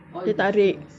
teh tarik